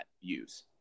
use